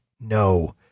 no